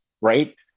right